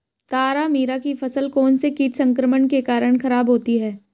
तारामीरा की फसल कौनसे कीट संक्रमण के कारण खराब होती है?